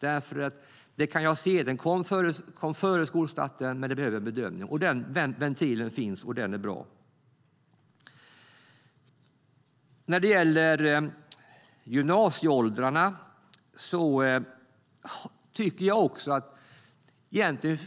Barnet kan ha kommit före skolstarten men behöva bedömning, och den ventilen finns. Det är bra. När det gäller gymnasieåldrarna tycker jag att det egentligen